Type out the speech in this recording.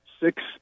six